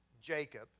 Jacob